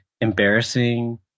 embarrassing